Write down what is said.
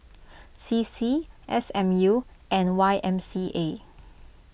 C C S M U and Y M C A